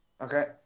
Okay